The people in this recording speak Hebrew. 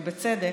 ובצדק,